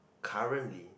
currently